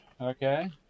Okay